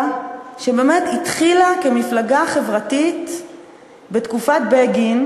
שבאמת התחילה כמפלגה חברתית בתקופת בגין,